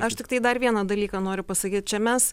aš tiktai dar vieną dalyką noriu pasakyt čia mes